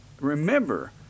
remember